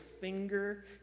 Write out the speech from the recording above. finger